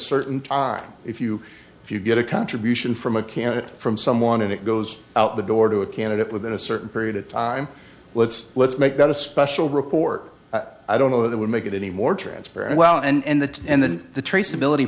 certain time if you if you get a contribution from a candidate from someone and it goes out the doors a candidate within a certain period of time let's let's make that a special report i don't know that would make it any more transparent well and that and then the traceability